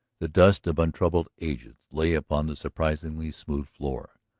the dust of untroubled ages lay upon the surprisingly smooth floor.